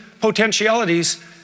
potentialities